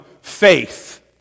faith